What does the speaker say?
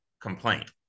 complaint